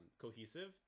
cohesive